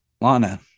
Lana